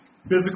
physical